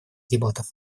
дебатов